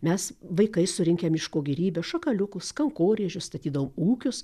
mes vaikai surinkę miško gėrybes šakaliukus kankorėžius statydavom ūkius